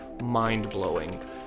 mind-blowing